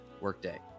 workday